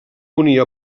unir